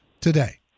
today